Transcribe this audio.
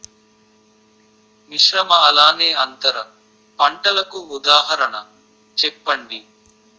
మిశ్రమ అలానే అంతర పంటలకు ఉదాహరణ చెప్పండి?